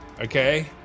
Okay